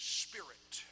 spirit